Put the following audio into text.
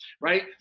right